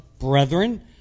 Brethren